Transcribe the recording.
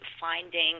finding